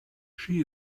she